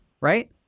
right